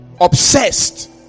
obsessed